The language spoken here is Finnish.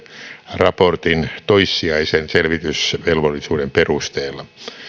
raportin toissijaisen selvitysvelvollisuuden perusteella